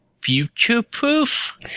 future-proof